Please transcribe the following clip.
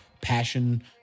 passion